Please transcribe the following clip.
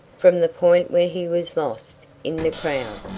from the point where he was lost in the crowd.